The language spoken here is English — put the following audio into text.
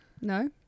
No